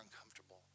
uncomfortable